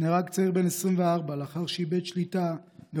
נהרג צעיר בן 24 לאחר שאיבד שליטה על